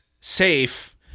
safe